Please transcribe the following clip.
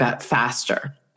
faster